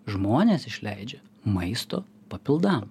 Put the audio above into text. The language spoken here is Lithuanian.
žmonės išleidžia maisto papildam